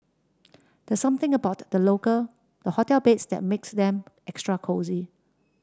there's something about the local the hotel beds that makes them extra cosy